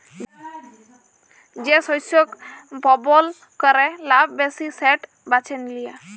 যে শস্য বপল ক্যরে লাভ ব্যাশি সেট বাছে লিয়া